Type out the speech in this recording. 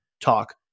talk